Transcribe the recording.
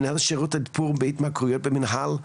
מנהל השירות לטיפול בהתמכרויות במנהל תקון,